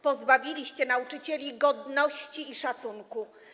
Pozbawiliście nauczycieli godności i szacunku.